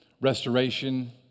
restoration